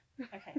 Okay